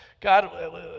God